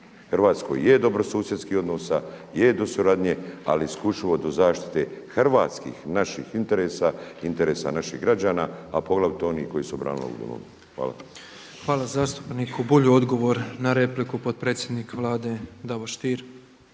Hrvatskoj je do dobrosusjedskih odnosa je do suradnje, ali isključivo do zaštite hrvatskih naših interesa, interesa naših građana, a poglavito onih koji su branili ovu domovinu. Hvala. **Petrov, Božo (MOST)** Hvala zastupniku Bulju. Odgovor na repliku potpredsjednik Vlade Davor